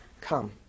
come